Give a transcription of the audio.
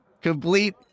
complete